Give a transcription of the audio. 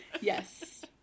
Yes